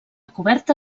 coberta